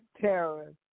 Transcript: terrorists